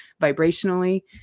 Vibrationally